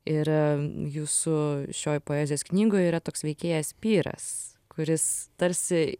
ir jūsų šioj poezijos knygoj yra toks veikėjas pyras kuris tarsi